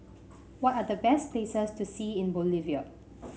what are the best places to see in Bolivia